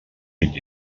vint